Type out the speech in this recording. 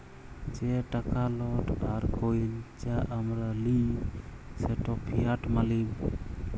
যে টাকা লট আর কইল যা আমরা লিই সেট ফিয়াট মালি